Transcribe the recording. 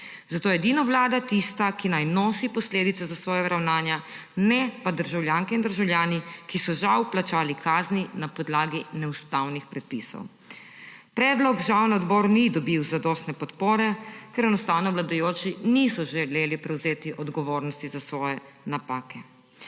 Zato je edino Vlada tista, ki naj nosi posledice za svoja ravnanja, ne pa državljanke in državljani, ki so žal plačali kazni na podlagi neustavnih predpisov. Predlog žal na odboru ni dobil zadostne podpore, ker enostavno vladajoči niso želeli prevzeti odgovornosti za svoje napake.